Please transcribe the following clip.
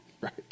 right